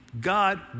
God